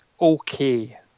okay